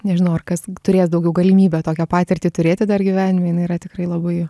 nežinau ar kas turės daugiau galimybę tokią patirtį turėti dar gyvenime yra tikrai labai